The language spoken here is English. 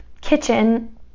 kitchen